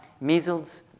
measles